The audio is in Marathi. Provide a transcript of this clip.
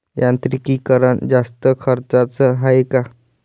यांत्रिकीकरण जास्त खर्चाचं हाये का?